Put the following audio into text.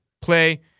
play